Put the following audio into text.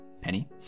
Penny